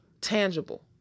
Tangible